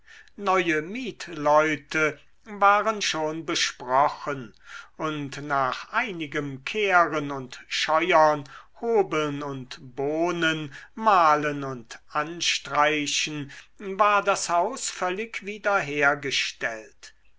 neue mietleute waren schon besprochen und nach einigem kehren und scheuern hobeln und bohnen malen und anstreichen war das haus völlig wieder